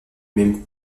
même